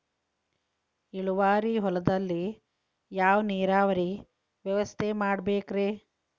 ಇಳುವಾರಿ ಹೊಲದಲ್ಲಿ ಯಾವ ನೇರಾವರಿ ವ್ಯವಸ್ಥೆ ಮಾಡಬೇಕ್ ರೇ?